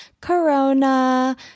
Corona